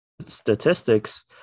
statistics